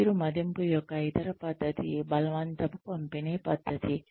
పనితీరు మదింపు యొక్క ఇతర పద్ధతి బలవంతపు పంపిణీ పద్ధతి